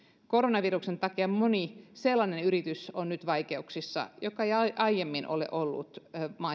koronaviruksen takia moni sellainen yritys on nyt vaikeuksissa joka ei aiemmin ole ollut